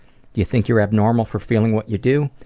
you think you're abnormal for feeling what you do?